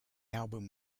album